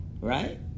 Right